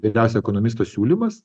vyriausio ekonomisto siūlymas